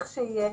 לכשיהיה,